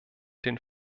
den